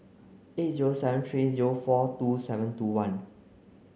eight zero seven three zero four two seven two one